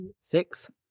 six